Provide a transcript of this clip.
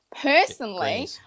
personally